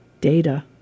Data